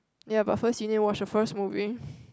ya but you need watch the first movie